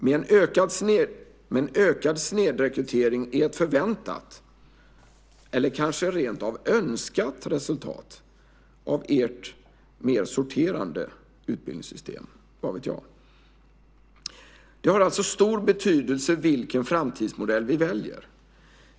Men en ökad snedrekrytering är kanske ett förväntat eller rentav önskat resultat av ert mer sorterande utbildningssystem. Vad vet jag? Det har alltså stor betydelse vilken framtidsmodell vi väljer.